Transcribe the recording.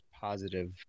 positive